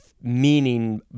meaning